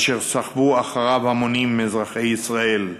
אשר סחפו אחריו המונים מאזרחי ישראל,